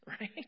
right